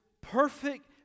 perfect